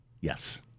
Yes